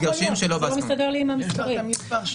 זה לא מסתדר לי עם המספרים.